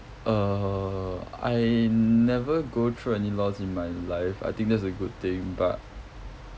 err I never go through any loss in my life I think that's a good thing but